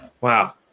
Wow